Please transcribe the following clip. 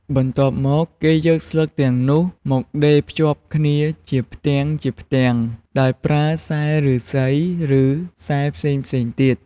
បន្ទាប់មក គេយកស្លឹកទាំងនោះមកដេរភ្ជាប់គ្នាជាផ្ទាំងៗដោយប្រើខ្សែឫស្សី ឬខ្សែផ្សេងៗទៀត។